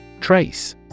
Trace